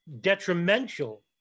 detrimental